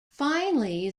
finally